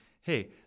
hey